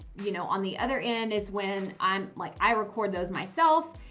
you know, on the other end, it's when i'm like i record those myself.